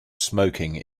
smoking